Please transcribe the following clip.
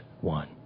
one